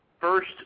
first